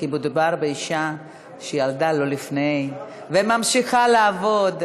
שמדובר באישה שילדה וממשיכה לעבוד.